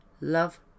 love